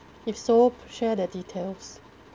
if so share the details